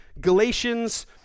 Galatians